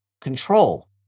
control